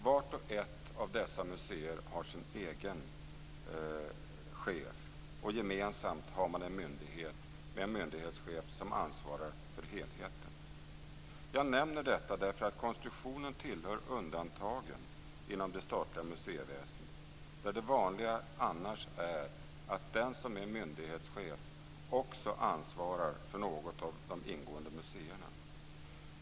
Vart och ett av dessa museer har sin egen chef, och gemensamt har man en myndighet med en myndighetschef som ansvarar för helheten. Jag nämner detta därför att konstruktionen tillhör undantagen inom det statliga museiväsendet, där det vanliga annars är att den som är myndighetschef också ansvarar för något av de ingående museerna.